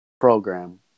program